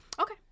okay